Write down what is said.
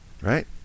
right